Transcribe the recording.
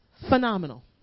phenomenal